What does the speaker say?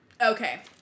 Okay